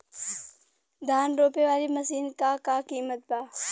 धान रोपे वाली मशीन क का कीमत बा?